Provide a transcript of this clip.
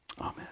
amen